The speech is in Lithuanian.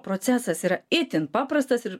procesas yra itin paprastas ir